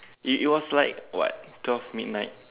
it it was like what twelve midnight